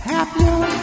Happier